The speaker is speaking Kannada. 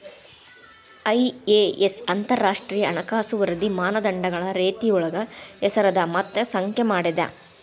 ಐ.ಎ.ಎಸ್ ಅಂತರಾಷ್ಟ್ರೇಯ ಹಣಕಾಸು ವರದಿ ಮಾನದಂಡಗಳ ರೇತಿಯೊಳಗ ಹೆಸರದ ಮತ್ತ ಸಂಖ್ಯೆ ಮಾಡೇದ